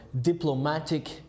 diplomatic